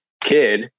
kid